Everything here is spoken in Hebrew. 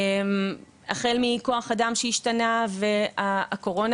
החל מכוח אדם שהשתנה והקורונה,